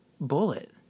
Bullet